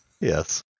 Yes